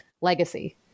legacy